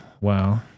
Wow